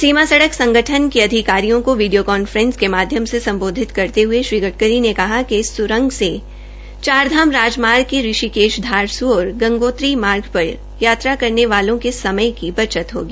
सीमा सड़क संगठन के अधिकारियों को वीडियों कांफ्रेस के माध्यम से सम्बोधित करते हये श्री गडकरी ने कहा कि इस स्रंग से चार धाम राजमार्ग के ऋषिकेष धारस् और गंगोत्री मार्ग पर यात्रा करने वाले के समय की बचत होगी